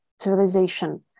civilization